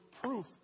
proof